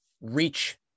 reach